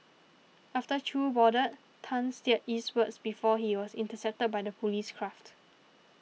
after Chew boarded Tan steered eastwards before he was intercepted by the police craft